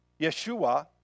Yeshua